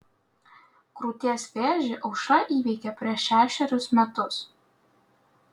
krūties vėžį aušra įveikė prieš šešerius metus